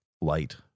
light